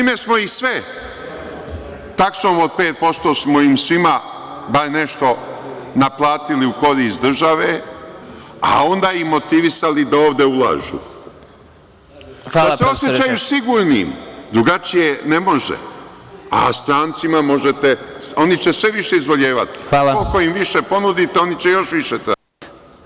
Time smo ih sve, taksom od 5%, bar nešto naplatili u korist države, a onda ih motivisali da ovde ulažu, da se osećaju sigurnim, drugačije ne može, a strancima možete, oni će sve više izvoljevati, koliko im više ponudite, oni će još više tražiti.